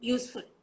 Useful